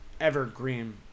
evergreen